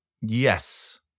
Yes